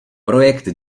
projekt